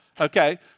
okay